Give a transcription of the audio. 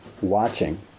watching